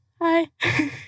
Hi